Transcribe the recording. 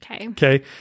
Okay